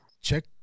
check